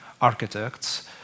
architects